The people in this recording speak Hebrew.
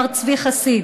מר צבי חסיד,